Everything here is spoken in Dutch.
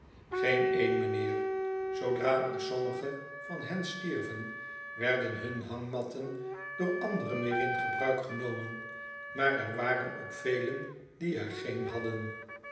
g-een een m'nheer zoodra er sommige van hen stierven werden hun hangmatten door anderen weer in gebruik genomen maar er waren ook velen die er geen hadden